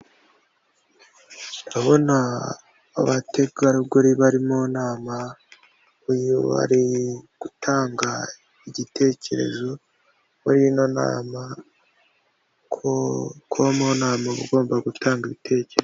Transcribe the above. Ndabona abategarugori bari mu nama, uyu ari gutanga igitekerezo muri ino nama, kuba mu nama ub'ugomba gutanga ibitekerezo.